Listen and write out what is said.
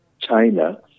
China